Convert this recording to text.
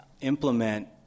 implement